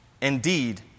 Indeed